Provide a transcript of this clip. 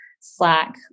Slack